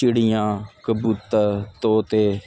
ਚਿੜੀਆਂ ਕਬੂਤਰ ਤੋਤੇ